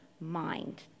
mind